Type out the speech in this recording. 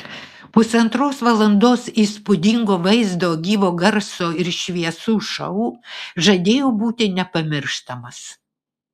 pusantros valandos įspūdingo vaizdo gyvo garso ir šviesų šou žadėjo būti nepamirštamas